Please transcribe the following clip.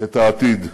את העתיד: